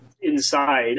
inside